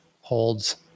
holds